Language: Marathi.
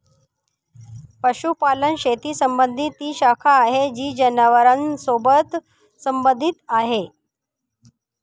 पशुपालन शेती संबंधी ती शाखा आहे जी जनावरांसोबत संबंधित आहे